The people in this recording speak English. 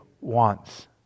wants